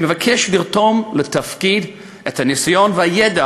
אני מבקש לרתום לתפקיד את הניסיון והידע